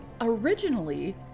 originally